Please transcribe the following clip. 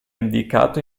indicato